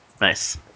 Nice